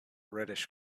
reddish